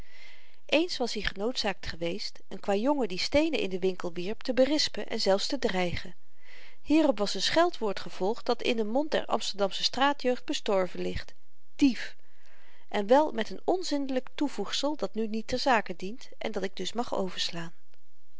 eens was-i genoodzaakt geweest n kwajongen die steenen in den winkel wierp te berispen en zelfs te dreigen hierop was n scheldwoord gevolgd dat in den mond der amsterdamsche straatjeugd bestorven ligt dief en wel met n onzindelyk toevoegsel dat nu niet ter zake dient en dat ik dus mag overslaan